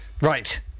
Right